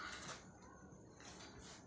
ಇಗಿಂದ್ ಹವಾಮಾನ ಮಾಹಿತಿ ಏನು ಐತಿ?